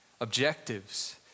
objectives